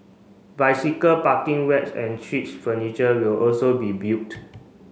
bicycle parking racks and streets furniture will also be built